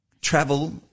travel